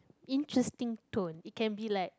interesting tone it can be like